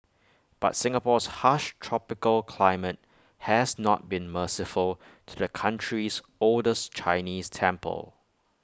but Singapore's harsh tropical climate has not been merciful to the country's oldest Chinese temple